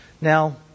Now